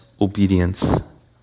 obedience